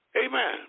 Amen